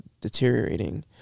deteriorating